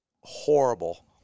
horrible